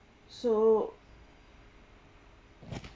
so